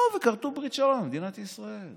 באו וכרתו ברית שלום עם מדינת ישראל.